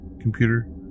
computer